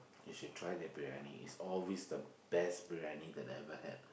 you should try their briyani it's always the best briyani that I ever had